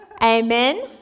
Amen